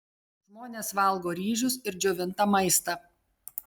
žmonės valgo ryžius ir džiovintą maistą